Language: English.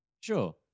Sure